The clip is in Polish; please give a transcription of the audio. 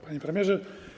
Panie Premierze!